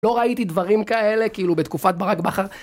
לא ראיתי דברים כאלה, כאילו, בתקופת ברק בחר